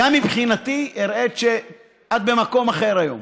גם מבחינתי הראית שאת במקום אחר היום,